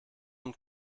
und